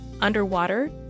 underwater